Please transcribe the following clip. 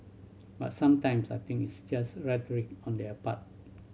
but sometimes I think it's just rhetoric on their part